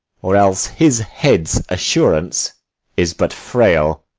or else his head's assurance is but frail.